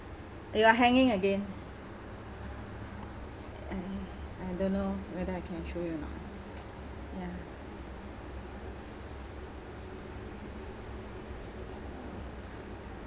you are hanging again uh I don't know whether I can show you or not ya